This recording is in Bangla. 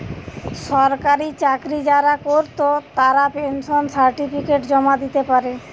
সরকারি চাকরি যারা কোরত তারা পেনশন সার্টিফিকেট জমা দিতে পারে